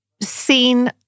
seen